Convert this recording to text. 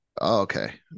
Okay